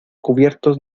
cubiertos